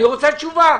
אני רוצה תשובה.